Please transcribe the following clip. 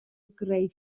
greu